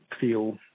feel